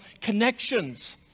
connections